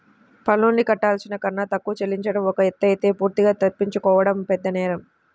పన్నుల్ని కట్టాల్సిన కన్నా తక్కువ చెల్లించడం ఒక ఎత్తయితే పూర్తిగా తప్పించుకోవడం పెద్దనేరం